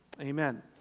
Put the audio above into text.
Amen